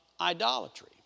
idolatry